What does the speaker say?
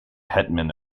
hetman